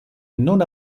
non